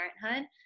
parenthood